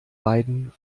beiden